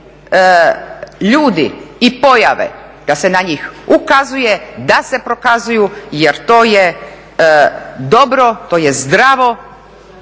ljudi i pojave da se na njih ukazuje, da se prokazuju jer to je dobro, to je zdravo